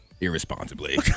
irresponsibly